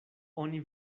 oni